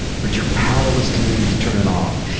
but you're powerless to move, to turn it off.